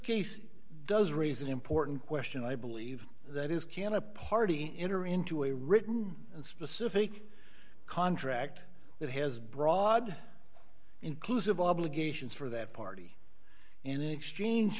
case does raise an important question i believe that is can a party entering into a written and specific contract that has broad inclusive obligations for that party in exchange